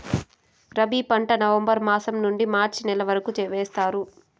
రబీ పంట నవంబర్ మాసం నుండీ మార్చి నెల వరకు వేస్తారు